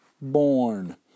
born